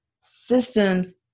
systems